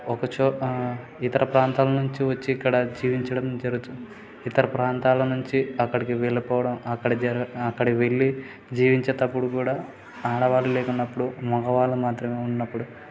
ఒక చో ఇతర ప్రాంతాల నుంచి వచ్చి ఇక్కడ జీవించడం జరుగుతుంది ఇతర ప్రాంతాల నుంచి అక్కడికి వెళ్ళిపోవడం అక్కడ అక్కడ వెళ్ళి జీవించేటప్పుడు కూడా ఆడవాళ్ళు లేకున్నప్పుడు మగవాళ్ళు మాత్రమే ఉన్నప్పుడు